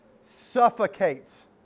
suffocates